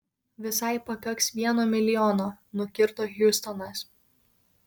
visai pakaks vieno milijono nukirto hiustonas